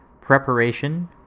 preparation